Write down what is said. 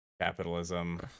capitalism